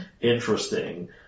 interesting